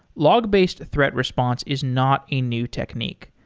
log-based threat response is not a new technique,